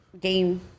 game